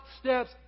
steps